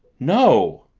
no!